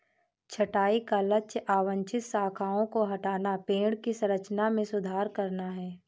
छंटाई का लक्ष्य अवांछित शाखाओं को हटाना, पेड़ की संरचना में सुधार करना है